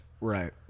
right